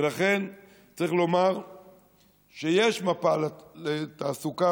ולכן צריך לומר שיש מפה לתעסוקה,